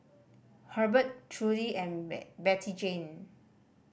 Hurbert Trudie and Bettyjane